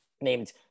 named